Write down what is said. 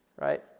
right